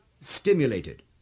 stimulated